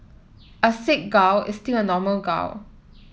a sick gal is still a normal gal